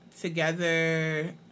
together